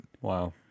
Wow